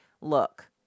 look